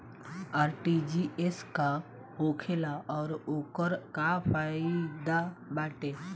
RTGS का होखेला और ओकर का फाइदा बाटे?